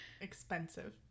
expensive